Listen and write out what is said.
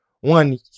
one